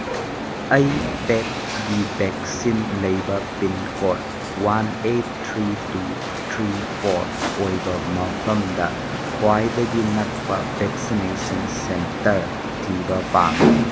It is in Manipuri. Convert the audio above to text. ꯑꯩ ꯄꯦꯗꯒꯤ ꯚꯦꯛꯁꯤꯟ ꯂꯩꯕ pin code one eight three two three four ꯑꯣꯏꯕ ꯃꯐꯝꯗ ꯈ꯭ꯋꯥꯏꯗꯒꯤ ꯅꯛꯄ ꯚꯦꯛꯁꯤꯅꯦꯁꯟ ꯁꯦꯟꯇꯔ ꯊꯤꯕ ꯄꯥꯝꯃꯤ